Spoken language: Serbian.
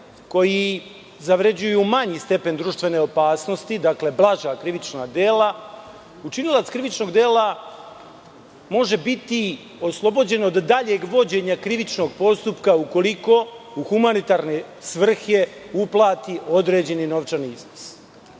koja zavređuju manji stepen društvene opasnosti, blaža krivična dela, učinilac krivičnog dela može biti oslobođen od daljeg vođenja krivičnog postupka ukoliko u humanitarne svrhe uplati određeni novčani iznos.